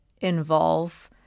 involve